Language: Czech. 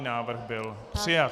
Návrh byl přijat.